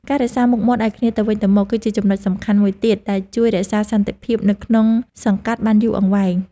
ការរក្សាមុខមាត់ឱ្យគ្នាទៅវិញទៅមក គឺជាចំណុចសំខាន់មួយទៀតដែលជួយរក្សាសន្តិភាពនៅក្នុងសង្កាត់បានយូរអង្វែង។